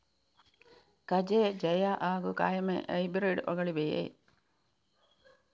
ಕಜೆ ಜಯ ಹಾಗೂ ಕಾಯಮೆ ಹೈಬ್ರಿಡ್ ಗಳಿವೆಯೇ?